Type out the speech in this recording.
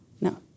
No